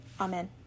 Amen